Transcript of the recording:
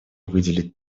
выделить